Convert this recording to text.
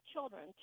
children